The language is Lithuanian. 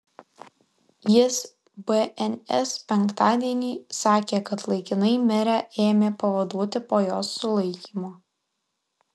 jis bns penktadienį sakė kad laikinai merę ėmė pavaduoti po jos sulaikymo